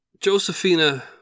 Josephina